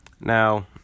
Now